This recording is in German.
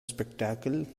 spektakel